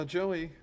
Joey